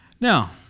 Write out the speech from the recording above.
Now